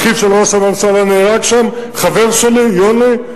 אחיו של ראש הממשלה נהרג שם, חבר שלי, יוני.